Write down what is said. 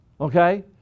Okay